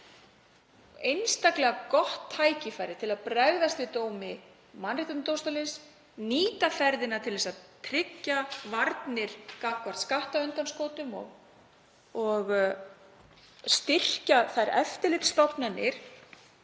einstaklega gott tækifæri til að bregðast við dómi Mannréttindadómstólsins, nýta ferðina til að tryggja varnir gagnvart skattundanskotum og styrkja þær eftirlitsstofnanir